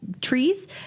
trees